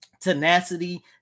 tenacity